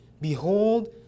behold